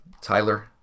Tyler